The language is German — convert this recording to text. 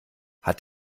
hat